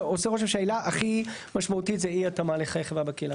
שעושה רושם שהעילה הכי משמעותית זה אי התאמה לחיי חברה בקהילה.